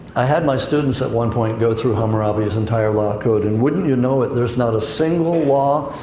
i had my students at one point go through hammurabi's entire law code, and wouldn't you know it, there's not a single law,